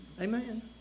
Amen